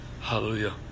Hallelujah